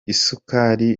isukari